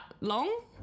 long